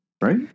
right